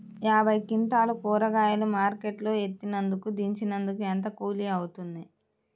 యాభై క్వింటాలు కూరగాయలు మార్కెట్ లో ఎత్తినందుకు, దించినందుకు ఏంత కూలి అవుతుంది?